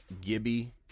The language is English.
Gibby